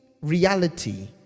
reality